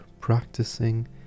practicing